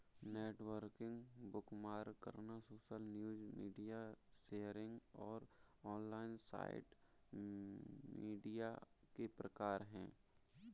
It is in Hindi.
नेटवर्किंग, बुकमार्क करना, सोशल न्यूज, मीडिया शेयरिंग और ऑनलाइन साइट मीडिया के प्रकार हैं